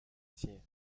tiens